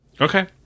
Okay